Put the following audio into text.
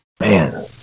man